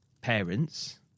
parents